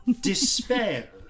despair